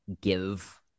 give